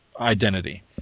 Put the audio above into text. identity